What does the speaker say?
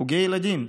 על חוגי הילדים.